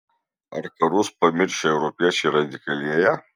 ar karus pamiršę europiečiai radikalėja